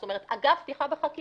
זאת אומרת אגב פתיחה בחקירה